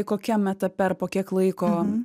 kokiam etape ar po kiek laiko